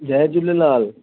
Jay Jhulelal